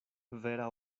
vera